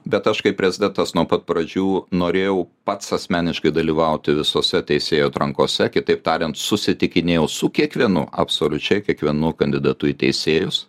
bet aš kaip prezidentas nuo pat pradžių norėjau pats asmeniškai dalyvauti visose teisėjų atrankose kitaip tariant susitikinėjau su kiekvienu absoliučiai kiekvienu kandidatu į teisėjus